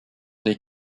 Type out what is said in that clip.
des